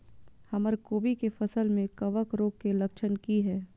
हमर कोबी के फसल में कवक रोग के लक्षण की हय?